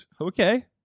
Okay